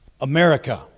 America